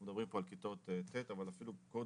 אנחנו מדברים פה על כיתה ט' אבל אפשר להתחיל אפילו קודם,